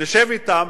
נשב אתם,